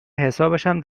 حسابشم